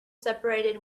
separated